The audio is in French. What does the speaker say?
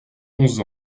onze